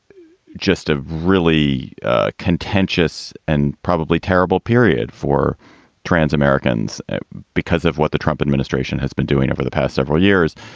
just a really contentious and probably terrible period for trans americans because of what the trump administration has been doing over the past several years.